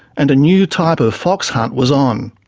and a new type of fox hunt was on.